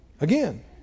Again